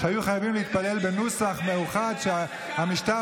שהיו חייבים להתפלל בנוסח מיוחד שהמשטר